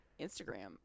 Instagram